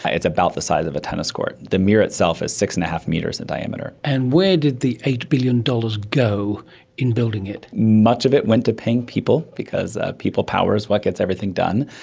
ah it's about the size of a tennis court. the mirror itself is six. and five metres in diameter. and where did the eight billion dollars go in building it? much of it went to paying people because ah people power is what gets everything done.